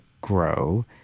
grow